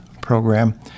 program